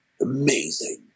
amazing